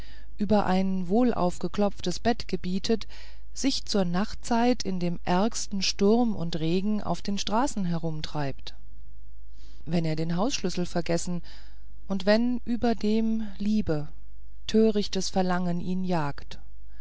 über ein wohlaufgeklopftes bett gebietet sich zur nachtzeit in dem ärgsten sturm und regen auf den straßen herumtreibt wenn er den hausschlüssel vergessen und wenn überdem liebe törichtes verlangen ihn jagt